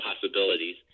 possibilities